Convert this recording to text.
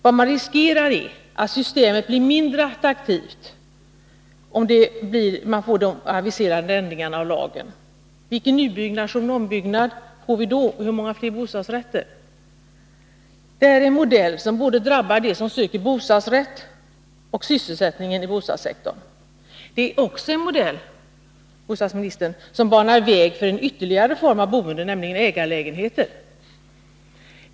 Vad man riskerar är att systemet blir mindre attraktivt med de aviserade ändringarna av lagen. Hur blir det då när det gäller nybyggnation och ombyggnad, och hur många fler bostadsrätter blir det? Det är fråga om en modell som drabbar dem som söker bostadsrätt och även sysselsättningen i bostadssektorn. Det är också en modell, bostadsministern, som banar väg för ytterligare en form av boende, nämligen ägarlägenheter.